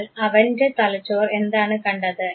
എന്നാൽ അവൻറെ തലച്ചോർ എന്താണ് കണ്ടത്